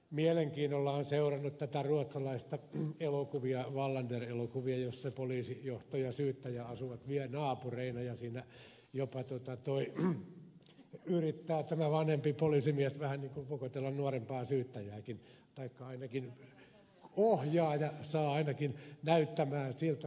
mielenkiinnolla olen seurannut näitä ruotsalaisia wallander elokuvia joissa poliisijohtaja ja syyttäjä asuvat naapureina ja niissä jopa tämä vanhempi poliisimies yrittää vähän ikään kuin vokotella nuorempaa syyttäjääkin taikka ohjaaja ainakin saa sen näyttämään siltä